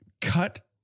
cut